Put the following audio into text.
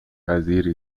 وزیری